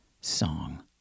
song